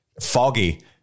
Foggy